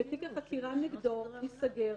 תיק החקירה נגדו ייסגר,